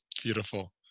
Beautiful